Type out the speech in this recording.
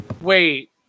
Wait